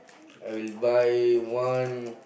I'll buy one